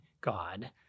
God